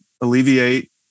alleviate